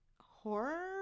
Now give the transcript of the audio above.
horror